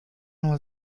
nur